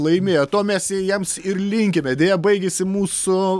laimėjo to mes jiems ir linkime deja baigėsi mūsų